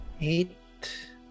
Eight